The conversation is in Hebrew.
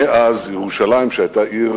מאז ירושלים, שהיתה עיר